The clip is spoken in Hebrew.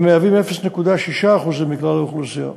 הם מהווים 0.6% מכלל האוכלוסייה,